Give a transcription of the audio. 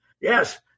Yes